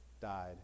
died